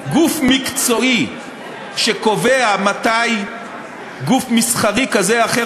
גוף מקצועי שקובע מתי גוף מסחרי כזה או אחר